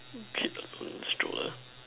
the kid with the stroller